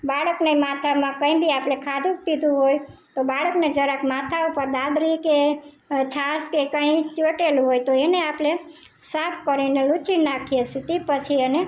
બાળકને માથામાં કંઇ બી આપણે ખાધું પીધું હોય તો બાળકને જરાક માથા ઉપર દાબરી કે છાશ કે કાંઇ ચોંટેલું હોય તો તેને આપણે સાફ કરીને લૂંછી નાખીએ છીએ પછી તેને